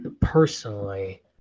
personally